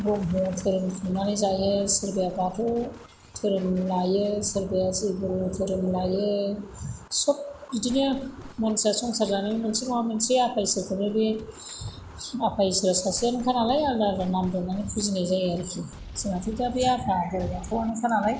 ब्रह्म धोरोम खुंनानै जायो सोरबाया बाथौ धोरोम लायो सोरबाया जयगुरु धोरोम लायो सब बिदिनो मानसिया संसार जानो मोनसे नङा मोनसे आफा इसोरखौनो बे आफा इसोरा सासेयानोखा नालाय आलदा आलदा नाम दोननानै फुजिनाय जायो आरोखि जोहाथ' दा बे आफा बोराय बाथौआनोखा नालाय